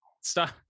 Stop